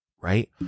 right